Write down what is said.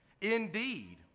Indeed